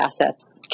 assets